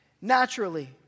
Naturally